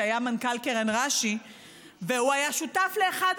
שהיה מנכ"ל קרן רש"י והוא היה שותף לאחד